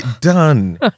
done